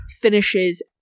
finishes